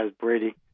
Brady